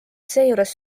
seejuures